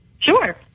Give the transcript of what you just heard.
Sure